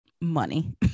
money